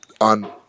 on